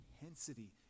intensity